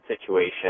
situation